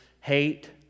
hate